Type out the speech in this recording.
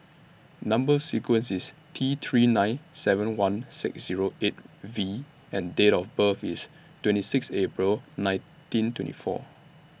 Number sequence IS T three nine seven one six Zero eight V and Date of birth IS twenty six April nineteen twenty four